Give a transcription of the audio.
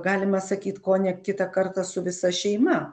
galima sakyt kone kitą kartą su visa šeima